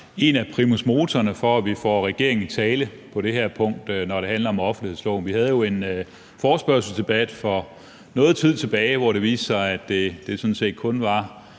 en af primus motorerne for, at vi får regeringen i tale på det her punkt, når det handler om offentlighedsloven. Vi havde jo en forespørgselsdebat for noget tid tilbage, hvor det viste sig, at det sådan set kun var